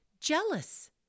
Jealous